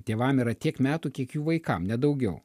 tėvam yra tiek metų kiek jų vaikam ne daugiau